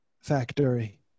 Factory